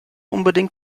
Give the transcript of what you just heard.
unbedingt